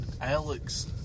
Alex